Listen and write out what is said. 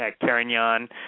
carignan